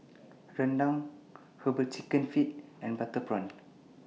Rendang Herbal Chicken Feet and Butter Prawn